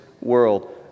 world